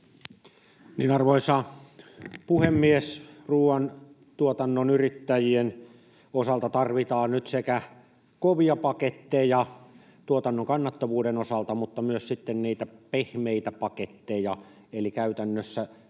Arvoisa puhemies! Ruoantuotannon yrittäjien osalta tarvitaan nyt sekä kovia paketteja tuotannon kannattavuuden osalta että myös sitten niitä pehmeitä paketteja eli käytännössä tietoisuutta ja